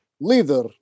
leader